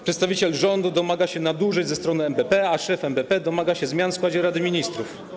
Przedstawiciel rządu domaga się nadużyć ze strony NBP, a szef NBP domaga się zmian w składzie Rady Ministrów.